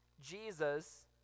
Jesus